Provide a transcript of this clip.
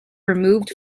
removed